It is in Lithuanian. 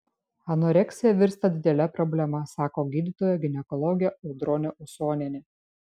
anoreksija virsta didele problema sako gydytoja ginekologė audronė usonienė